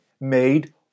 made